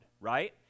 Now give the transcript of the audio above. Right